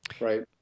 Right